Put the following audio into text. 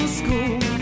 school